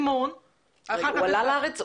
הוא עלה לארץ?